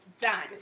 done